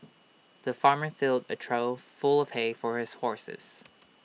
the farmer filled A trough full of hay for his horses